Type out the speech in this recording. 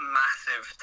massive